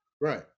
right